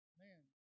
man